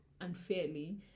unfairly